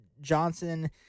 Johnson